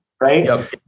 right